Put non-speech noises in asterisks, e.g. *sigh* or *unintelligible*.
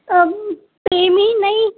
*unintelligible* ਨਹੀਂ